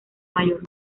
mayor